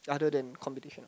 other than competition